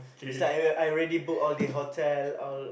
it's like the I already book all the hotel all